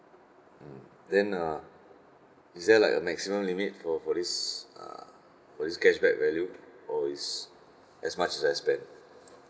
mm then uh is there like a maximum limit for for this uh for this cashback value or is as much as I spend